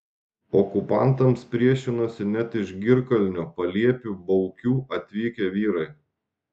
okupantams priešinosi net iš girkalnio paliepių baukių atvykę vyrai